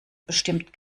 bestimmt